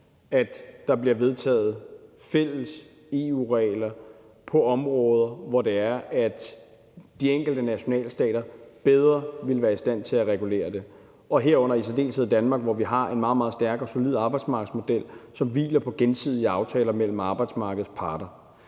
at der bliver vedtaget fælles EU-regler på områder, hvor de enkelte nationalstater bedre ville være i stand til at regulere det, herunder i særdeleshed i Danmark, hvor vi har en meget, meget stærk og solid arbejdsmarkedsmodel, som hviler på gensidige aftaler mellem arbejdsmarkedets parter.